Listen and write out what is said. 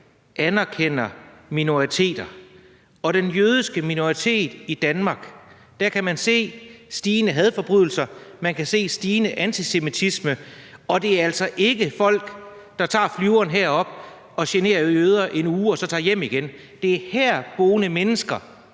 anerkender minoriteter. Og med hensyn til den jødiske minoritet i Danmark kan man se et stigende antal hadforbrydelser, man kan se en stigende antisemitisme. Og det er altså ikke folk, der tager flyveren herop og generer jøder i en uge og så tager hjem igen. Det er herboende mennesker,